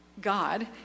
God